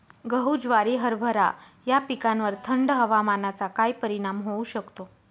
गहू, ज्वारी, हरभरा या पिकांवर थंड हवामानाचा काय परिणाम होऊ शकतो?